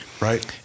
right